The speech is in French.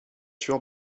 sûr